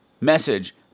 message